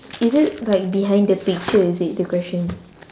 is it like behind the picture is it the questions